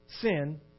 sin